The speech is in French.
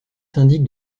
syndic